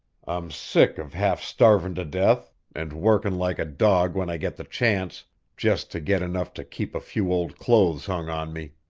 i'm sick of half starvin' to death, and workin' like a dog when i get the chance just to get enough to keep a few old clothes hung on me.